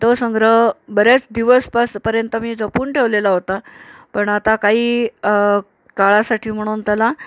तो संग्रह बऱ्याच दिवस पासपर्यंत मी जपून ठेवलेला होता पण आता काही काळासाठी म्हणून त्याला